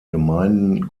gemeinden